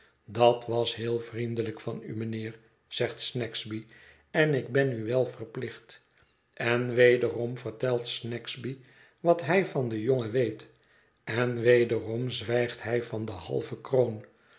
dat was heel vriendelijk van u mijnheer zegt snagsby en ik ben u wel verplicht en wederom vertelt snagsby wat hij van den jongen weet en wederom zwijgt hij van de halve kroon